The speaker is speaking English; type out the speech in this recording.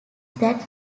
that